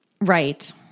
Right